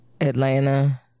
Atlanta